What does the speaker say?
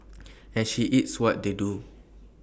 and she eats what they do